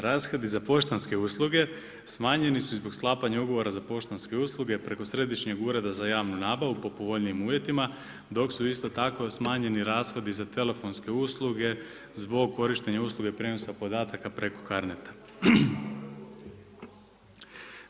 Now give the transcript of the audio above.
Rashodi za poštanske usluge smanjeni su zbog sklapanja ugovora za poštanske usluge preko Središnjeg ureda za javnu nabavu po povoljnijim uvjetima dok su isto tako smanjeni rashodi za telefonske usluge zbog korištenja usluge prijenosa podataka preko CARNET-a.